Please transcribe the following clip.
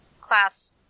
class